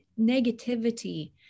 Negativity